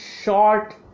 short